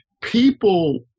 people